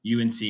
UNC